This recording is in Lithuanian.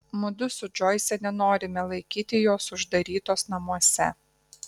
mudu su džoise nenorime laikyti jos uždarytos namuose